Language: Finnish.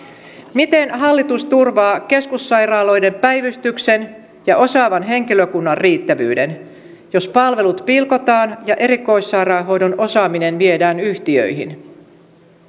miten hallitus turvaa keskussairaaloiden päivystyksen ja osaavan henkilökunnan riittävyyden jos palvelut pilkotaan ja erikoissairaanhoidon osaaminen viedään yhtiöihin